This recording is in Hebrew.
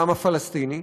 העם הפלסטיני,